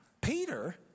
Peter